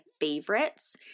favorites